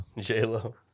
J-Lo